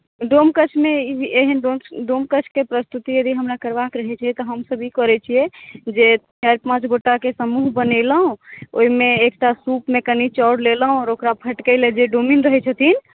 डोमकछमे एहन डोमकछके प्रस्तुति यदि हमरा करबाक रहैत छै तऽ हमसभ ई करैत छियै जे चारि पाँच गोटाएके समूह बनेलहुँ ओहिमे एकटा सूपमे कनी चाउर लेलहुँ आओर ओकरा फटकै लेल जे डोमिन रहैत छथिन